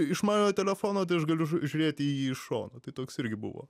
išmaniojo telefono tai aš galiu žiūrėti į jį iš šono tai toks irgi buvo